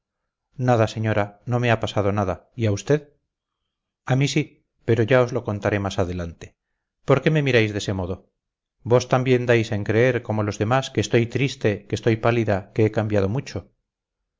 nada señora no me ha pasado nada y a usted a mí sí pero ya os lo contaré más adelante por qué me miráis de ese modo vos también dais en creer como los demás que estoy triste que estoy pálida que he cambiado mucho